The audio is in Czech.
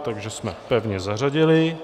Takže jsme pevně zařadili.